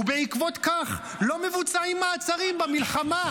ובעקבות כך לא מבוצעים מעצרים במלחמה,